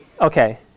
Okay